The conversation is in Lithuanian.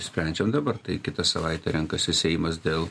sprendžiam dabar tai kitą savaitę renkasi seimas dėl